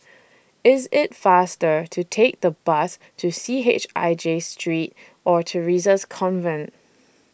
IS IT faster to Take The Bus to C H I J Street Or Theresa's Convent